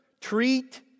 treat